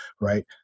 right